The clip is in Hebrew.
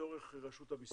לצורך רשות המיסים,